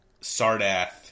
Sardath